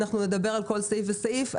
אנחנו נדבר על כל סעיף וסעיף.